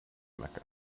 mecca